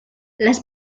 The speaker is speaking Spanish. las